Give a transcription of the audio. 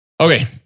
Okay